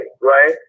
right